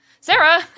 Sarah